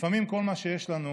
לפעמים כל מה שיש לנו